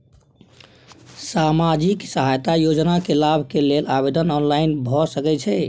सामाजिक सहायता योजना के लाभ के लेल आवेदन ऑनलाइन भ सकै छै?